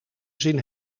zin